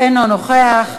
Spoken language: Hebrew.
אינו נוכח,